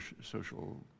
social